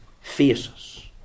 faces